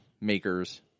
makers